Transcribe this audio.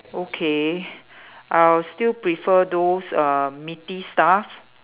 okay I'll still prefer those uh meaty stuff